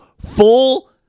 full